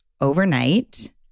overnight